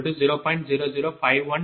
006322 j0